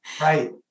Right